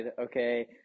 okay